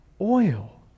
Oil